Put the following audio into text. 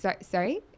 sorry